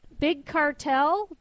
BigCartel